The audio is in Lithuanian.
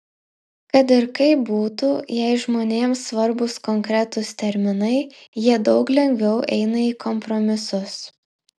kad ir kaip būtų jei žmonėms svarbūs konkretūs terminai jie daug lengviau eina į kompromisus